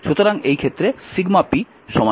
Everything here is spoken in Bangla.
সুতরাং এই ক্ষেত্রে p 0